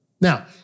Now